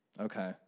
Okay